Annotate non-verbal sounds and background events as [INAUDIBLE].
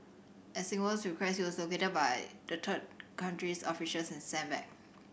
at Singapore's request he was located by the [UNINTELLIGIBLE] country's officials and sent back